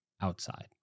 outside